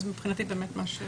אז מבחינתי באמת מה --- לא.